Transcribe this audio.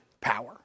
power